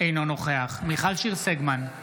אינו נוכח מיכל שיר סגמן,